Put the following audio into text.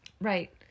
Right